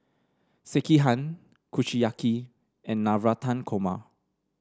Sekihan Kushiyaki and Navratan Korma